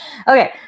Okay